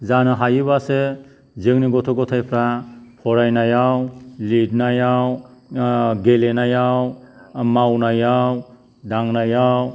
जानो हायोबासो जोंनि गथ' गथायफ्रा फरायनायाव लिरनायाव गेलेनायाव मावनायाव दांनायाव